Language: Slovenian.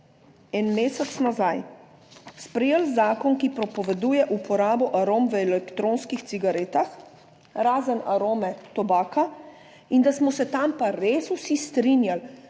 en mesec nazaj sprejeli zakon, ki prepoveduje uporabo arom v elektronskih cigaretah, razen arome, tobaka in da smo se tam pa res vsi strinjali,